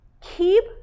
keep